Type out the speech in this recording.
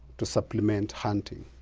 to supplement hunting.